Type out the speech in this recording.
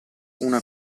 una